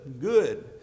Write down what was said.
Good